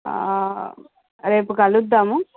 రేపు కలుద్దాము